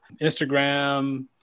Instagram